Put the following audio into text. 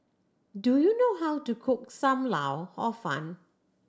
do you know how to cook Sam Lau Hor Fun